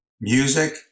music